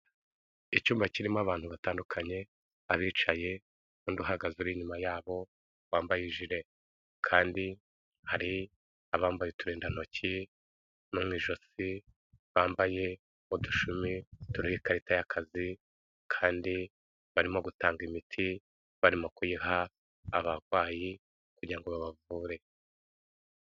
Icyumba kirimo abantu batandukanye, abicaye n'undi uhagaze, uri inyuma yabo wambaye ijire kandi hari abambaye uturindantoki no mu ijosi bambaye udushumi turiho ikarita y'akazi, kandi barimo gutanga imiti, barimo kuyiha abarwayi kugira ngo babavure.